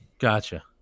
Gotcha